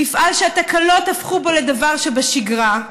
מפעל שהתקלות הפכו בו לדבר שבשגרה.